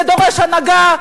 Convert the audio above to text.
זה דורש הנהגה,